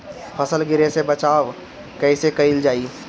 फसल गिरे से बचावा कैईसे कईल जाई?